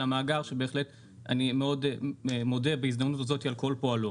המאגר שבהחלט אני מאוד מודה בהזדמנות הזאת על כל פועלו.